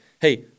Hey